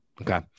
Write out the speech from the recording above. Okay